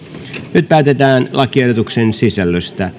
nyt päätetään lakiehdotuksen sisällöstä